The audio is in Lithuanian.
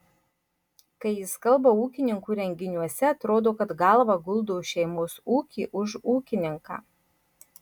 kai jis kalba ūkininkų renginiuose atrodo kad galvą guldo už šeimos ūkį už ūkininką